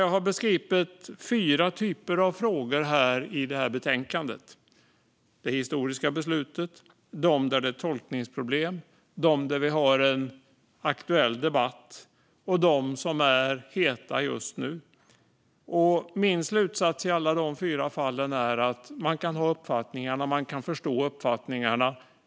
Jag har beskrivit fyra frågor i detta betänkande: den om det historiska beslutet, den där det är tolkningsproblem, den där vi har en aktuell debatt och den som är het just nu. Min slutsats i alla de fyra fallen är att man kan ha uppfattningar och förstå uppfattningar.